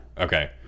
Okay